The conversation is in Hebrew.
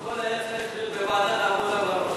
הכול היה צריך להיות בוועדת העבודה,